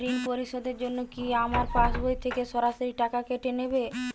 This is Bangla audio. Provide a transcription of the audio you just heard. ঋণ পরিশোধের জন্য কি আমার পাশবই থেকে সরাসরি টাকা কেটে নেবে?